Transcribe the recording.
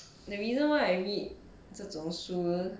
the reason why I read 这种书